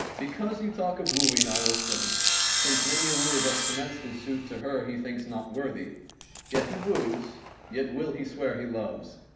because you talk of wooing, i will sing since many a wooer doth commence his suit to her he thinks not worthy yet he wooes yet will he swear he loves.